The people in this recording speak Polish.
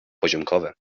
poziomkowe